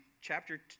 chapter